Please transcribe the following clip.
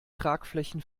tragflächen